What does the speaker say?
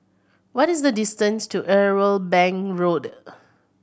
what is the distance to Irwell Bank Road